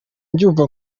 mbyumva